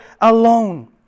alone